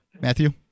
matthew